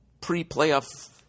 pre-playoff